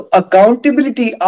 accountability